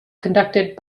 conducted